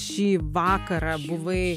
šį vakarą buvai